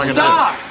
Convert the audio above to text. stop